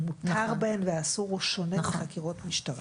המותר והאסור בהן הוא שונה מחקירות משטרה.